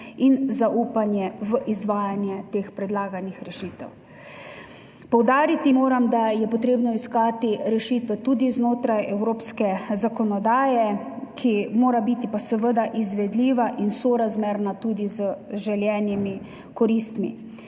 in zaupanje v izvajanje predlaganih rešitev. Poudariti moram, da je potrebno iskati rešitve tudi znotraj evropske zakonodaje, ki mora biti seveda izvedljiva in tudi sorazmerna z želenimi koristmi.